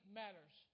matters